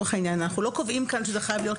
אנחנו לא קובעים כאן שזה חייב להיות